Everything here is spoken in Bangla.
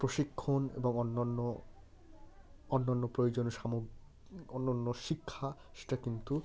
প্রশিক্ষণ এবং অন্যান্য অন্যান্য প্রয়োজনের অন্যান্য শিক্ষা সেটা কিন্তু